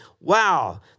Wow